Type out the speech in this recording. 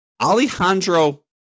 Alejandro